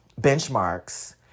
benchmarks